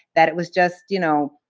that it was just, you know,